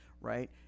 right